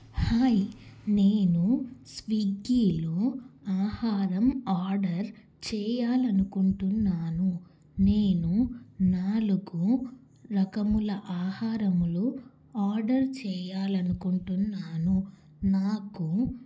hi నేను స్విగ్గీలో ఆహారం ఆర్డర్ చేయాలనుకుంటున్నాను నేను నాలుగు రకముల ఆహారములు ఆర్డర్ చేయాలనుకుంటున్నాను నాకు